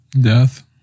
Death